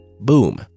Boom